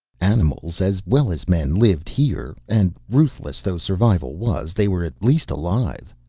animals as well as men lived here and, ruthless though survival was, they were at least alive.